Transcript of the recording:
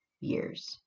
years